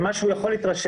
ממה שהוא היה יכול להתרשם,